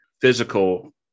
physical